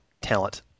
talent